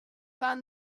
found